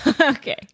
Okay